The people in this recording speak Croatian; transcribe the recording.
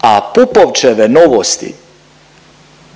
a Pupovčeve Novosti